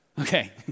Okay